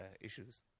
issues